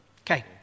Okay